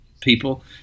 people